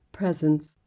presence